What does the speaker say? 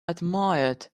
admired